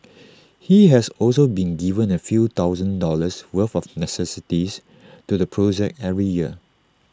he has also been giving A few thousand dollars worth of necessities to the project every year